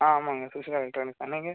ஆ ஆமாம்ங்க சுசீலா எலக்ட்ரானிக்ஸ் தான் நீங்கள்